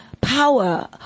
power